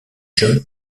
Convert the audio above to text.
john